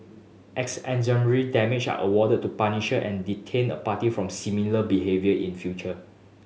exemplary damage are awarded to punisher and deter a party from similar behaviour in future